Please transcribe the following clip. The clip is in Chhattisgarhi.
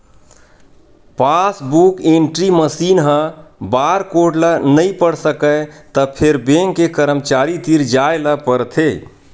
पासबूक एंटरी मसीन ह बारकोड ल नइ पढ़ सकय त फेर बेंक के करमचारी तीर जाए ल परथे